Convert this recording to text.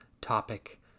topic